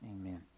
amen